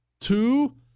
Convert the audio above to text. Two